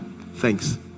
Thanks